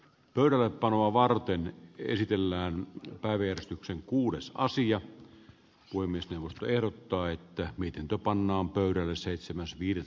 turvepanoa varten esitellään päivystyksen kuudessa asia kuin mistä erottaa että mitenkö pannaan pöyry seitsemäs viides